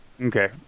Okay